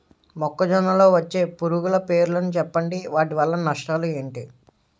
మొక్కజొన్న లో వచ్చే పురుగుల పేర్లను చెప్పండి? వాటి వల్ల నష్టాలు ఎంటి?